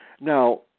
Now